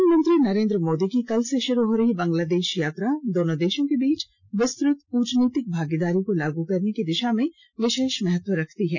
प्रधानमंत्री नरेन्द्र मोदी की कल से शुरू हो रही बांग्लादेश यात्रा दोनों देशों के बीच विस्तृत कूटनीतिक भागीदारी को लागू करने की दिशा में विशेष महत्व रखती है